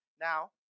Now